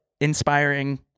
inspiring